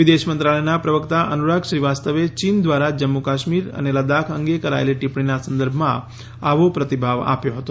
વિદેશ મંત્રાલયના પ્રવક્તા અનુરાગ શ્રીવાસ્તવે ચીન દ્વારા જમ્મુ કાશ્મીર અને લદ્દાખ અંગે કરાયેલી ટિપ્પણીના સંદર્ભમાં આવો પ્રતિભાવ આપ્યો હતો